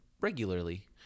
regularly